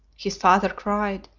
his father cried,